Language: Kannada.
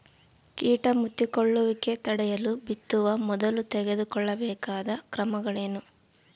ಕೇಟ ಮುತ್ತಿಕೊಳ್ಳುವಿಕೆ ತಡೆಯಲು ಬಿತ್ತುವ ಮೊದಲು ತೆಗೆದುಕೊಳ್ಳಬೇಕಾದ ಕ್ರಮಗಳೇನು?